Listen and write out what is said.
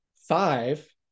five